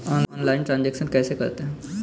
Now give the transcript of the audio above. Online transaction कैसे करते हैं?